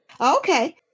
Okay